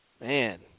Man